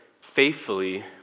faithfully